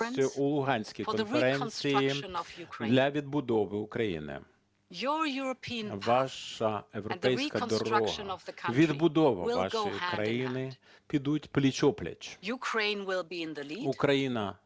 для відбудови України. Ваша європейська дорога, відбудова вашої країни підуть пліч-о-пліч, Україна вестиме